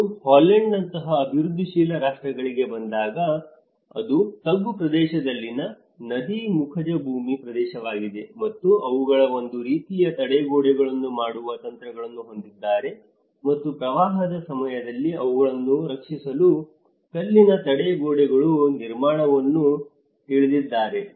ಮತ್ತು ಹಾಲೆಂಡ್ನಂತಹ ಅಭಿವೃದ್ಧಿಶೀಲ ರಾಷ್ಟ್ರಗಳಿಗೆ ಬಂದಾಗ ಅದು ತಗ್ಗು ಪ್ರದೇಶದಲ್ಲಿನ ನದೀ ಮುಖಜ ಭೂಮಿ ಪ್ರದೇಶವಾಗಿದೆ ಮತ್ತು ಅವುಗಳು ಒಂದು ರೀತಿಯ ತಡೆಗೋಡೆಗಳನ್ನು ಮಾಡುವ ತಂತ್ರಗಳನ್ನು ಹೊಂದಿದ್ದಾರೆ ಮತ್ತು ಪ್ರವಾಹದ ಸಮಯದಲ್ಲಿ ಅವುಗಳನ್ನು ರಕ್ಷಿಸಲು ಕಲ್ಲಿನ ತಡೆಗೋಡೆಗಳು ನಿರ್ಮಾಣವನ್ನು ತಿಳಿದಿದ್ದಾರೆ